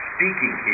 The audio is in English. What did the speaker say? Speaking